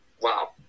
Wow